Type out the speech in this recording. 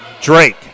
Drake